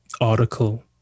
article